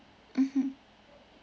mmhmm